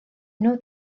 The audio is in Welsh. nhw